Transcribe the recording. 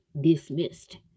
dismissed